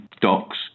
docs